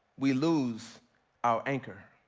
we lose our anchor.